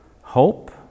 hope